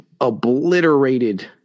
obliterated